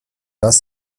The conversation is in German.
das